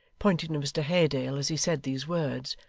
pointing to mr haredale as he said these words,